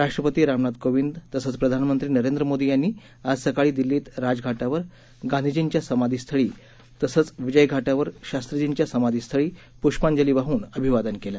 राष्ट्रपती रामनाथ कोविंद तसंच प्रधानमंत्री नरेंद्र मोदी यांनी आज सकाळी दिल्लीत राजघाटावर गांधीजींच्या समाधीस्थळी तसंच विजयघाटावर शास्त्रीजींच्या समाधीस्थळी प्ष्पांजली वाहन अभिवादन केलं